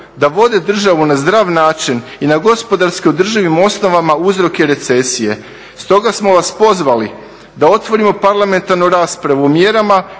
da vode državu na zdrav način i na gospodarski održivim osnovama uzrok je recesije. Stoga smo vas pozvali da otvorimo parlamentarnu raspravu o mjerama